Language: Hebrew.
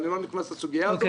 אני לא נכנס לסוגיה הזו,